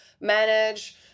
manage